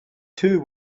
two